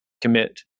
commit